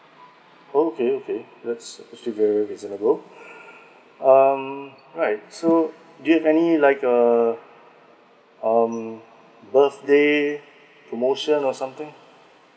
okay okay that's actually very reasonable um right so do you have any like err um birthday promotion or something